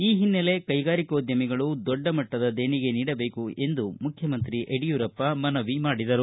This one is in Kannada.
ಈ ಹಿನ್ನಲೆ ಕೈಗಾರಿಕೋದ್ಯಮಿಗಳು ದೊಡ್ಡ ಮಟ್ಟದ ದೇಣಿಗೆ ನೀಡಬೇಕು ಎಂದು ಮುಖ್ಣಮಂತ್ರಿ ಮನವಿ ಮಾಡಿದರು